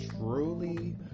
truly